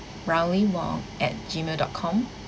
riley wong at Gmail dot com